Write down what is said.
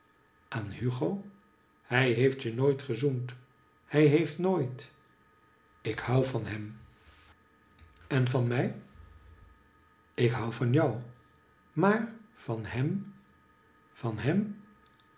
aan hugo hij heeft je nooit gezoend hij heeft nooit ik hou van hem hn van mij ik hou van jou maar van hem van hem